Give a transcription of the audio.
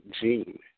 gene